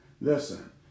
Listen